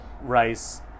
rice